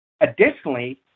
Additionally